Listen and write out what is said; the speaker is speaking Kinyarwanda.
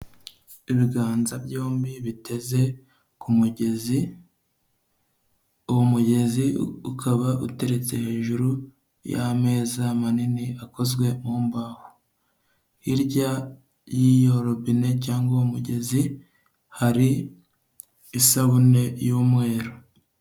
Ibiganza byombi biteze ku mugezi, uwo mugezi ukaba uteretse hejuru y'ameza manini akozwe mu mbaho, hirya y'iyo robine cyangwa uwo mugezi hari isabune y'umweru.